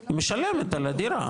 היא משלמת על הדירה.